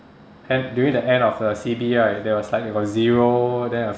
end during the end of uh C_B right there was like they got zero then